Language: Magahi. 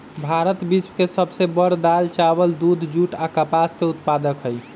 भारत विश्व के सब से बड़ दाल, चावल, दूध, जुट आ कपास के उत्पादक हई